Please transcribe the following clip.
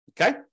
okay